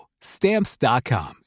Stamps.com